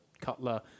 Cutler